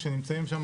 שנמצאים שם,